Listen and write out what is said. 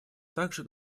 также